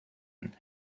and